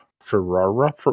ferrara